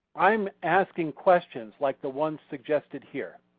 i'm asking questions like the ones suggested here.